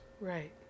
right